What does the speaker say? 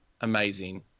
Amazing